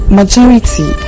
majority